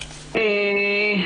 מעניין.